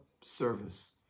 service